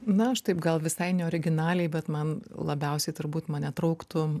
na aš taip gal visai neoriginaliai bet man labiausiai turbūt mane trauktų